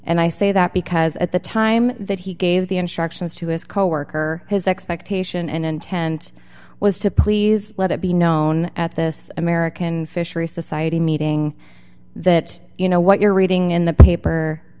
and i say that because at the time that he gave the instructions to his coworker his expectation and intent was to please let it be known at this american fishery society meeting that you know what you're reading in the paper